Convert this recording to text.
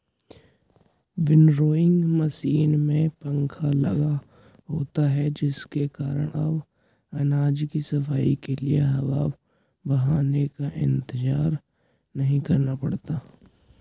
winnowing machine में पंखा लगा होता है जिस कारण अब अनाज की सफाई के लिए हवा बहने का इंतजार नहीं करना पड़ता है